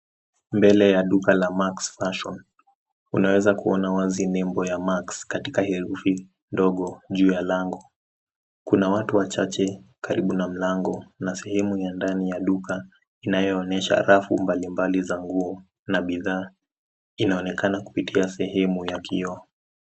Mbele ya duka la max fashion unaweza kuona wazi nembo ya max katika herufi ndogo juu ya lango. Kuna watu wachache karibu na mlango na sehemu ya ndani ya duka inayoonyesha rafu mbalimbali za nguo na bidhaa inaonekana kupitia sehemu ya kioo.